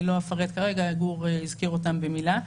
אני לא אפרט כרגע, גור הזכיר אותן במילה.